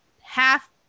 half